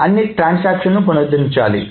అన్ని ట్రాన్సాక్షన్స్ పునరుద్ధరించాలి